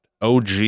og